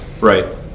Right